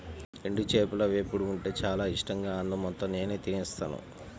ఎండు చేపల వేపుడు ఉంటే చానా ఇట్టంగా అన్నం మొత్తం నేనే తినేత్తాను